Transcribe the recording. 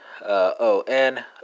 O-N